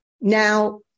Now